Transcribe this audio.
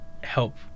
help